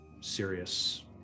serious